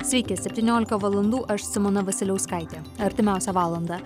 sveiki septyniolika valandų aš simona vasiliauskaitė artimiausią valandą